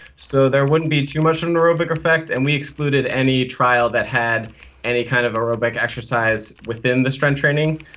so there wouldn't be too much of an aerobic effect. and we excluded any trial that had any kind of aerobic exercise within the strength training.